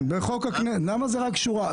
למה זאת רק שורה?